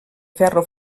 ferro